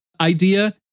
idea